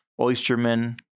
oystermen